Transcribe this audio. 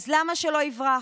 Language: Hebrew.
אז למה שלא יברח?